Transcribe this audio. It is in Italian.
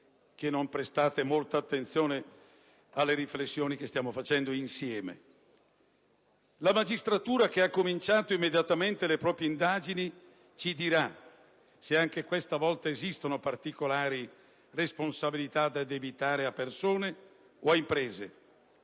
La magistratura, che ha cominciato immediatamente le proprie indagini, ci dirà se anche questa volta esistono particolari responsabilità da addebitare a persone o ad imprese,